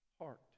heart